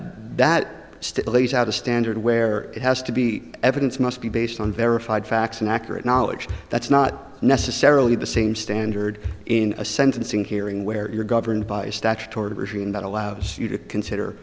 that still lays out a standard where it has to be evidence must be based on verified facts and accurate knowledge that's not necessarily the same standard in a sentencing hearing where you're governed by a statutory regime that allows you to consider